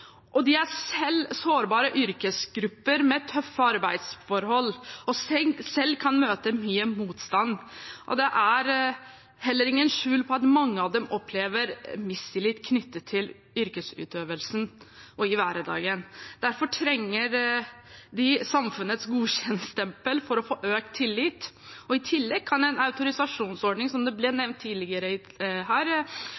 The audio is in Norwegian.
tøffe arbeidsforhold og kan selv møte mye motstand. Det er heller ikke til å legge skjul på at mange av dem opplever mistillit knyttet til yrkesutøvelsen og i hverdagen. Derfor trenger de samfunnets godkjentstempel for å få økt tillit. I tillegg kan en autorisasjonsordning, som